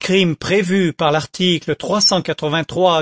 crime prévu par l'article